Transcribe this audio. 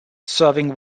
serving